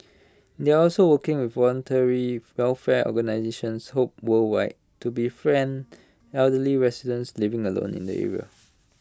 they also working with voluntary welfare organisations hope worldwide to befriend elderly residents living alone in the area